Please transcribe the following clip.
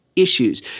Issues